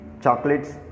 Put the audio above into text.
chocolates